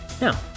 No